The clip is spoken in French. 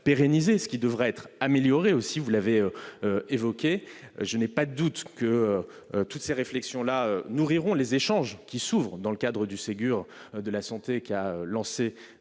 pérennisé et ce qui devra être amélioré. Je n'ai pas de doute que toutes ces réflexions-là nourriront les échanges qui s'ouvrent dans le cadre du Ségur de la santé, lancé